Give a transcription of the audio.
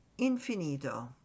infinito